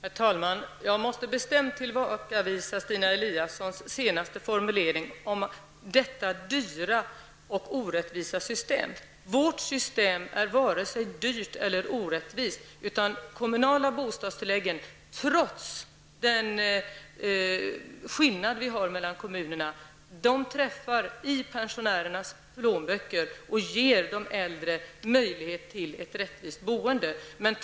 Herr talman! Jag måste bestämt tillbakavisa Stina Eliassons senast formulering, att systemet skulle vara dyrt och orättvist. Vårt system är varken dyrt eller orättvist, utan de kommunala bostadstilläggen träffar i pensionärernas plånböcker och ger de äldre möjlighet till ett rättvist boende, och detta är fallet trots de skillnader som finns mellan kommunerna.